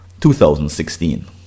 2016